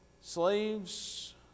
Slaves